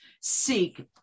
seek